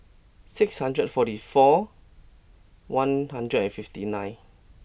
six hundred forty four one hundred and fifty nine